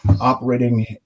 operating